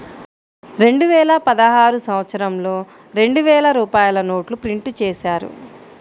రెండువేల పదహారు సంవత్సరంలో రెండు వేల రూపాయల నోట్లు ప్రింటు చేశారు